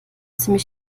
ziemlich